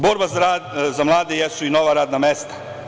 Borba za mlade jesu i nova radna mesta.